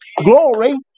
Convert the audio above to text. Glory